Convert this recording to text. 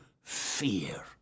fear